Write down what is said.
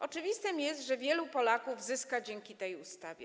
Oczywiste jest, że wielu Polaków zyska dzięki tej ustawie.